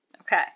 Okay